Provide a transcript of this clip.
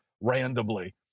randomly